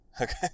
okay